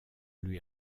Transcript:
lui